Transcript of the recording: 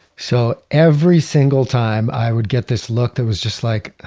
so every single time, i would get this look that was just like,